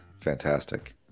Fantastic